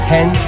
Ten